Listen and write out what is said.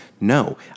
No